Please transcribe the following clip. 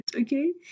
okay